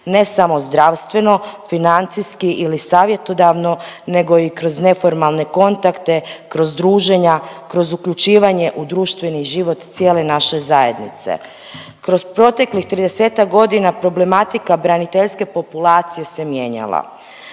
ne samo zdravstveno, financijski ili savjetodavno nego i kroz neformalne kontakte, kroz druženja, kroz uključivanje u društveni život cijele naše zajednice. Kroz proteklih 30-tak godina problematika braniteljske populacije se mijenjala.